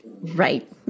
Right